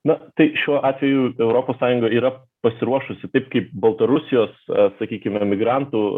na tai šiuo atveju europos sąjunga yra pasiruošusi taip kaip baltarusijos sakykim yra migrantų